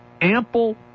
ample